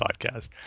podcast